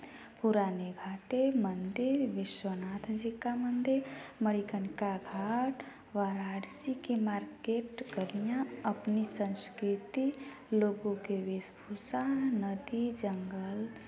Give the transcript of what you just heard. पुरानी घाटें मंदिर विश्वनाथ जी का मंदिर मणिकर्णिका घाट वाराणसी के मार्केट गलियाँ अपनी संस्कृति लोगों के वेश भूषा नदी जंगल